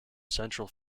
central